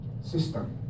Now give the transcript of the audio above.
system